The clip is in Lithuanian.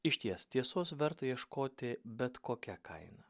išties tiesos verta ieškoti bet kokia kaina